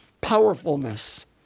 powerfulness